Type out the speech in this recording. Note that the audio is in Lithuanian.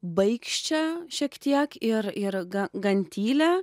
baikščią šiek tiek ir ir ga gan tylią